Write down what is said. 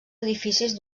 edificis